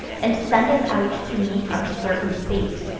and send us out to meet our certain fate?